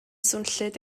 swnllyd